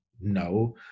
No